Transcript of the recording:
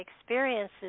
experiences